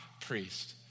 priest